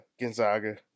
Gonzaga